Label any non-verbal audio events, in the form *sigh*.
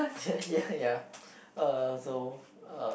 *laughs* ya ya uh so uh